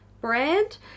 brand